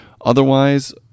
Otherwise